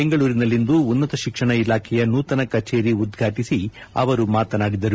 ಬೆಂಗಳೂರಿನಲ್ಲಿಂದು ಉನ್ನತ ಶಿಕ್ಷಣ ಇಲಾಖೆಯ ನೂತನ ಕಚೇರಿ ಉದ್ಘಾಟಿಸಿ ಅವರು ಮಾತನಾಡಿದರು